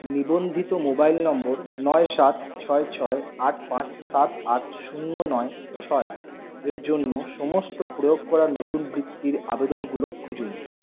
নিবন্ধিত mobile number নয় সাত ছয় ছয় আট পাঁচ সাত আট শূন্য নয় ছয় এর জন্য সমস্ত প্রয়োগ করা নতুন বৃত্তির আবেদনগুলো খুঁজুন